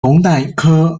龙胆科